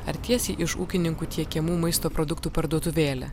ar tiesiai iš ūkininkų tiekiamų maisto produktų parduotuvėlę